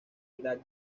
edad